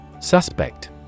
Suspect